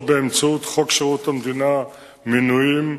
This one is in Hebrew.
באמצעות חוק שירות המדינה (מינויים),